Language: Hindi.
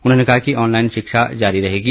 उन्होंने कहा कि ऑनलाईन शिक्षा जारी रहेगी